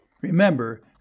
Remember